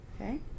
Okay